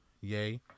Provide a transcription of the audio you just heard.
Yay